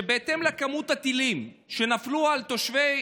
שבהתאם לכמות הטילים שנפלו על תושבי